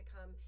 come